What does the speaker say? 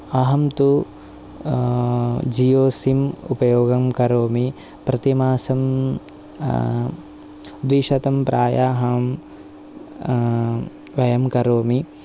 अहं तु जियो सिम् उपयोगं करोमि प्रतिमासं द्विशतं प्रायः अहं व्ययं करोमि